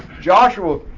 Joshua